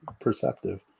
perceptive